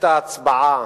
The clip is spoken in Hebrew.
היתה הצבעה